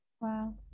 wow